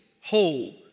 whole